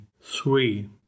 three